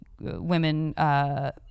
women